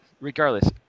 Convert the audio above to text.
Regardless